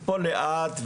פה ליאת,